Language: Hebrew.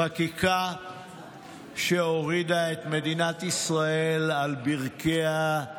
חקיקה שהורידה את מדינת ישראל על ברכיה,